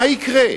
יקרה?